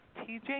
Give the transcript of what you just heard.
TJ